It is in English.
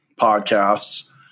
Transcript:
podcasts